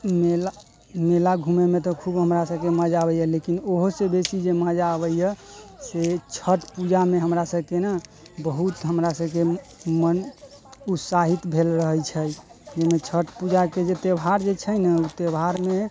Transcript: मेला मेला घूमेमे तऽ खूब हमरा सबके मजा अबैए लेकिन ओहोसँ बेसी जे मजा अबैए से छठ पूजामे हमरा सबके ने बहुत हमरा सबके मन उत्साहित भेल रहै छै मने छठ पूजाके जे त्योहार जे छै ने ओ त्योहारमे